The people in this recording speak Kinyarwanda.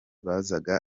bazaga